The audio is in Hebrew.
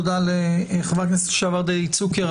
תודה לחבר הכנסת לשעבר דדי צוקר.